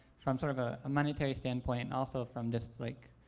from sort of a monetary standpoint, also from just like,